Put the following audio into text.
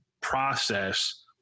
process